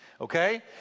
Okay